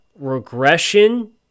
regression